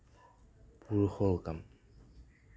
পুৰুষৰো কাম